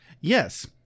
yes